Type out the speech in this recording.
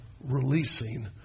releasing